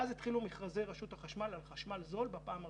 ואז התחילו מכרזי רשות החשמל על חשמל זול בפעם הראשונה.